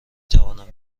توانم